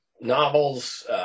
novels